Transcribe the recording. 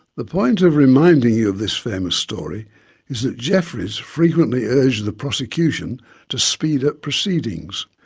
the point of reminding you of this famous story is that jeffries frequently urged the prosecution to speed up proceedings.